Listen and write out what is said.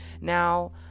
Now